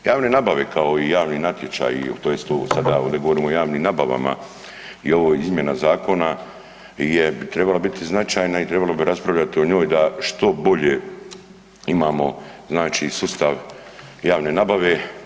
Javne nabave kao i javni natječaji tj. ovdje govorimo sada o javnim nabavama i ova izmjena zakona bi trebala biti značajna i trebali bi raspravljati o njoj da što bolje imamo sustav javne nabave.